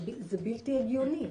זה בלתי הגיוני,